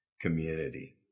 community